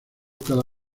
cada